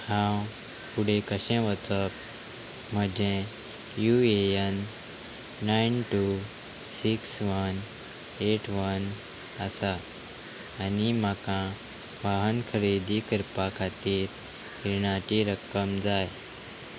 हांव फुडें कशें वचप म्हजें U A N nine two six one eight one आसा आनी म्हाका वाहन खरेदी करपा खातीर रिणाची रक्कम जाय